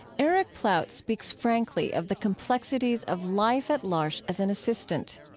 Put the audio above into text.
eric plaut speaks frankly of the complexities of life at l'arche as an assistant.